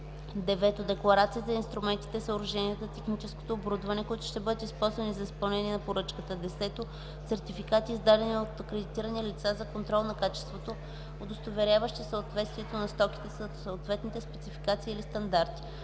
9. декларация за инструментите, съоръженията и техническото оборудване, които ще бъдат използвани за изпълнение на поръчката; 10. сертификати, издадени от акредитирани лица, за контрол на качеството, удостоверяващи съответствието на стоките със съответните спецификации или стандарти.